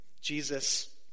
Jesus